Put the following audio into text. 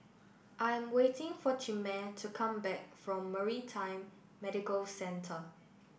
I'm waiting for Chimere to come back from Maritime Medical Centre